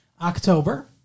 October